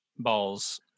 balls